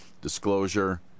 disclosure